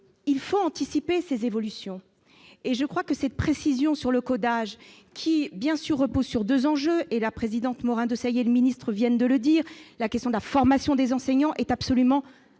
faut anticiper ces évolutions. Cette précision sur le codage repose sur deux enjeux. La présidente Morin-Desailly et le ministre viennent de le dire, la question de la formation des enseignants est absolument